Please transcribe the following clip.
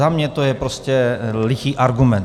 Za mě to je prostě lichý argument.